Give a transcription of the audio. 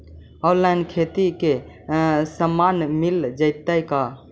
Online खेती के सामान मिल जैतै का?